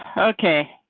ah okay,